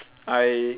I